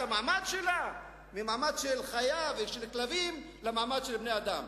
המעמד שלה ממעמד של חיה ושל כלבים למעמד של בני-אדם.